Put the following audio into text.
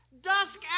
Dusk